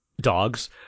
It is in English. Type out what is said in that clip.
dogs